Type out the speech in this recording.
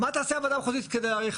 מה תעשה הוועדה המחוזית כדי להאריך?